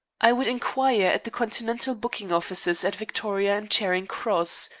i would inquire at the continental booking-offices at victoria and charing cross,